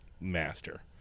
master